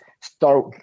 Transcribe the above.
Start